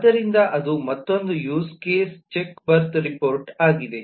ಆದ್ದರಿಂದ ಅದು ಮತ್ತೊಂದು use case check birth report ಆಗಿದೆ